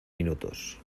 minutos